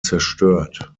zerstört